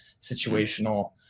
situational